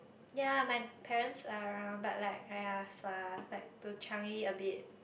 ya my parents are around but like !aiya! sua like to Changi a bit